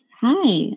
Hi